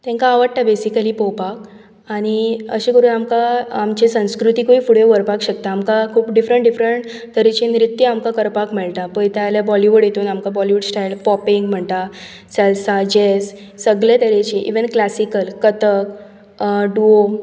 तांकां आवडटा बेसिकली पळोवपाक आनी अशें करून आमकां आमचे संस्कृतीकूय फुडें व्हरपाक शकता आमकां खूब डिफरंट डिफरंट तरेचे नृत्य आमकां करपाक मेळटा पयताल्यार बॉलीवूड हातून आमकां बॉलीवूड स्टायल पॉपींग म्हणटा सेलसा जॅज सगळे तरेचे इवन क्लासिकल कथक डूवो